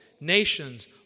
nations